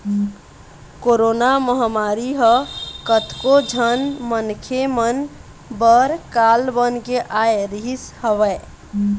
corona महामारी ह कतको झन मनखे मन बर काल बन के आय रिहिस हवय